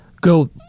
go